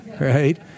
right